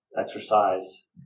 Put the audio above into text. exercise